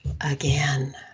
again